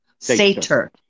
sater